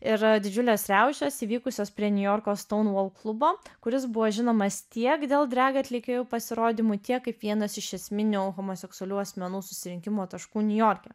ir didžiulės riaušės įvykusios prie niujorko stonewall klubo kuris buvo žinomas tiek dėl drag atlikėjų pasirodymų tiek kaip vienas iš esminių homoseksualių asmenų susirinkimo taškų niujorke